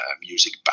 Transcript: music